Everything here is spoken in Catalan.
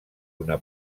una